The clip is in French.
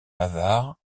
navarre